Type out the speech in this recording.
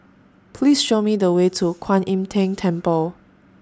Please Show Me The Way to Kuan Im Tng Temple